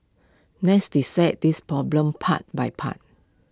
let's dissect this problem part by part